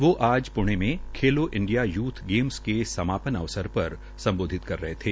वो आज प्णे में खेलों इंडिया यूथ गेम्स के समापन पर सम्बोधित कर रहे थे